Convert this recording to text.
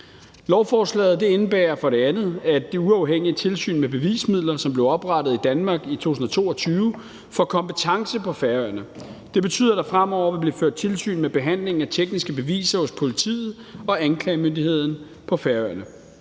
Lovforslaget indebærer for det andet, at Det Uafhængige Tilsyn med Bevismidler, som blev oprettet i Danmark i 2022, får kompetence på Færøerne. Det betyder, at der fremover vil blive ført tilsyn med behandlingen af tekniske beviser hos politiet og anklagemyndigheden på Færøerne.